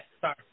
sorry